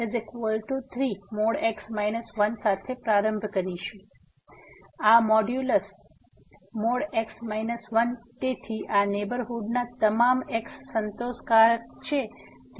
તેથી આ મોડ્યુલસ | x 1 | તેથી આ નેહબરહુડ ના તમામ x સંતોષકારક છે કે | x 1 | δ